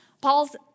Paul's